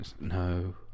No